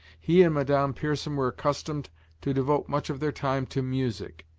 he and madame pierson were accustomed to devote much of their time to music.